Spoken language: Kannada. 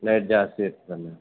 ನೈಟ್ ಜಾಸ್ತಿ ಇರುತ್ತೆ ಮ್ಯಾಮ್